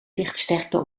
lichtsterkte